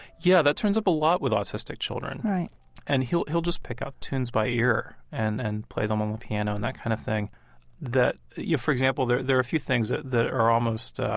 yeah. that turns up a lot with autistic children right and he'll he'll just pick up tunes by ear and and play them on the piano, and that kind of thing that, for example, there there are few things that that are almost ah